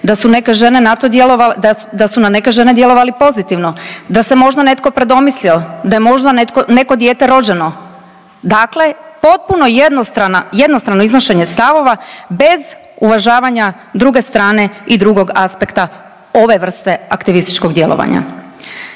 da su na neke žene djelovali pozitivno, da se možda netko predomislio, da je možda neko dijete rođeno. Dakle, potpuno jednostrano iznošenje stavova bez uvažavanja druge strane i drugog aspekta ove vrste aktivističkog djelovanja.